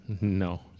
No